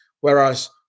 whereas